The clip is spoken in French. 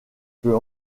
peut